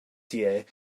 tie